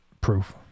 proof